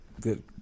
Good